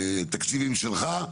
קשור לתקציבים שלך,